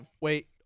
Wait